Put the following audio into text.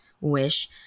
wish